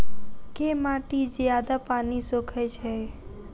केँ माटि जियादा पानि सोखय छै?